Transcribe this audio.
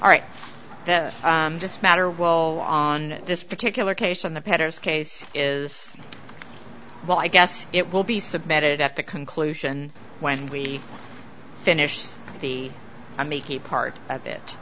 all right just matter well on this particular case in the papers case is well i guess it will be submitted at the conclusion when we finish the i'm a key part of it